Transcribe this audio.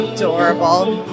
Adorable